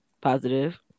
positive